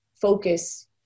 focus